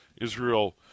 Israel